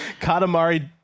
Katamari